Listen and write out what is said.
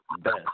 best